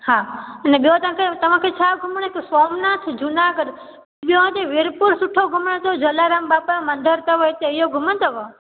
हा ऐं ॿियों तव्हांखे तव्हांखे छा घुमण जो आहे सोमनाथ जूनागढ़ ॿियों हिते विरपुर सुठो घुमण जो जलाराम बप्पा जो मंदरु अथव हिते इहो घुमंदव